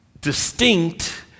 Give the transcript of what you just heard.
distinct